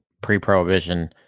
pre-Prohibition